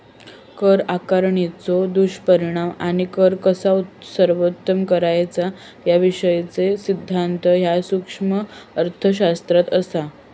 कर आकारणीचो दुष्परिणाम आणि कर कसा सर्वोत्तम करायचा याविषयीचो सिद्धांत ह्या सूक्ष्म अर्थशास्त्रात असा